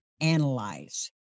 analyze